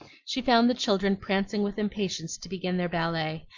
she found the children prancing with impatience to begin their ballet,